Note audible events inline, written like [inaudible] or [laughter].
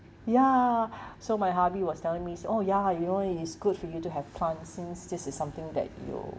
ya [breath] so my hubby was telling me he said oh ya you know it is good for you to have plants since this is something that you